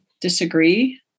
disagree